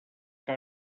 que